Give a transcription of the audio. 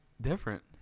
different